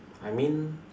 I mean